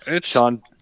Sean